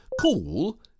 cool